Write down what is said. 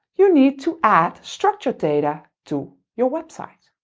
you need to add structured data to your website.